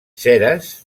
ceres